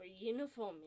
uniform